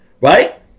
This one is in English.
Right